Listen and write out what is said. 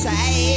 say